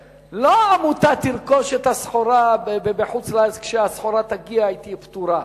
כשהעמותה תרכוש את הסחורה בחוץ-לארץ הסחורה שתגיע לא תהיה פטורה,